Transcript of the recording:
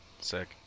Sick